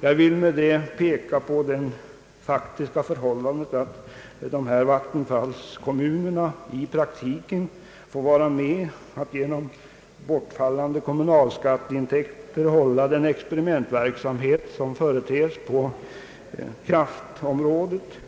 Jag vill med detta peka på det faktiska förhållandet att vattenfallskommunerna i praktiken får vara med om att genom bortfallande kommunalskatteintäkter bekosta experimentverksamheten på kraftområdet.